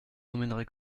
emmènerai